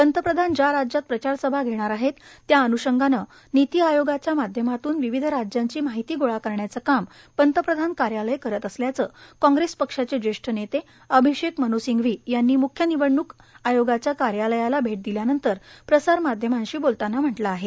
पंतप्रधान ज्या राज्यात प्रचारसभा घेणार आहेत त्या अन्षंगानं निती आयोगाच्या माध्यमातून विविध राज्यांची माहिती गोळा करण्याचं काम पंतप्रधान कार्यालय करत असल्याचं कांग्रेस पक्षाचे ज्येष्ठ नेते अभिषेख मन्सिंघवी यांनी निवडणुक आयोगाच्या कार्यालयाला भेट दिल्यानंतर प्रसार माध्यमांशी बोलतांना म्हटलं आहे